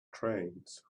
trains